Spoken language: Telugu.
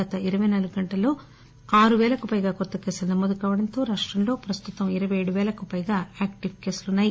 గత ఇరవై నాలుగు గంటల్లో ఆరుపేలకు పైగా కొత్త కేసులు నమోదు కావడంతో రాష్ట్రంలో ప్రస్తుతం ఇరవై ఏడు పేలకు పైగా యాక్టివ్ కేసులు ఉన్నాయి